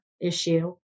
issue